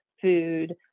food